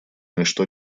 ничто